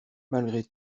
malgré